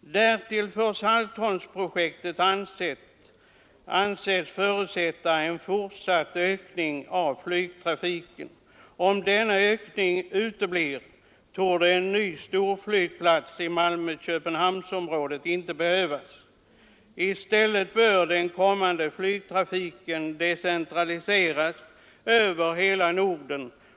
Därtill får Saltholmsprojektet anses förutsätta en fortsatt ökning av flygtrafiken. Om denna ökning uteblir torde någon ny storflygplats i Malmö-Köpen hamnsområdet inte behövas. I stället bör den kommande flygtrafiken decentraliseras över Norden.